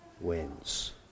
wins